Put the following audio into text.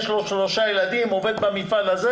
יש לו שלושה ילדים והוא עובד במפעל הזה